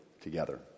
together